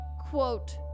quote